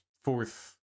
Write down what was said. fourth